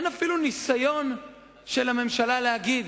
אין אפילו ניסיון של הממשלה להגיד: